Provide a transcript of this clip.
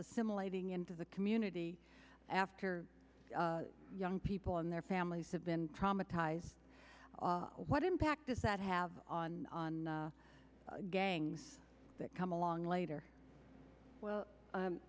assimilating into the community after young people and their families have been traumatized what impact does that have on on gangs that come along later well